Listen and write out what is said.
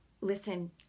Listen